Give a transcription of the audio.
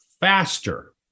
faster